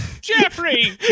Jeffrey